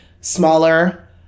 smaller